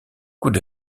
coups